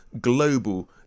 global